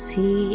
See